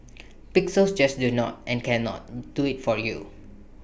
pixels just do not and cannot do IT for you